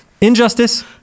Injustice